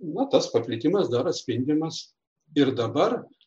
nu o tas paplitimas dar atspindimas ir dabar